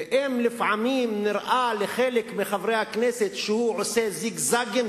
ואם לפעמים נראה לחלק מחברי הכנסת שהוא עושה זיגזגים,